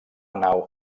nau